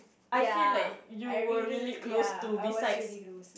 ya I really ya I was really lose